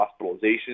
hospitalizations